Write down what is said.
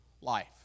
life